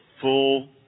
full